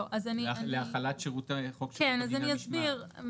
להחלת שירותי חוק של הדין המשמעתי.